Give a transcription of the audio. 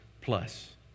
plus